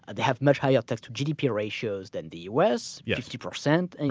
ah they have much higher tax to gdp ratios than the u. s, yeah fifty percent, and